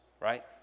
Right